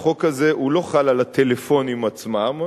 החוק הזה לא חל על הטלפונים עצמם,